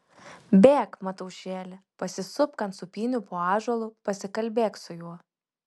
bėk mataušėli pasisupk ant sūpynių po ąžuolu pasikalbėk su juo